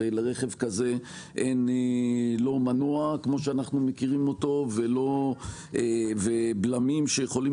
הרי לרכב כזה אין מנוע כמו שאנחנו מכירים והבלמים יכולים